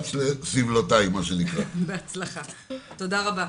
תודה רבה.